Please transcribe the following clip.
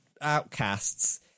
outcasts